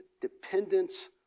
dependence